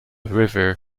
river